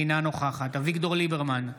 אינה נוכחת אביגדור ליברמן,